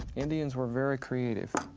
indian's were very creative,